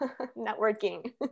networking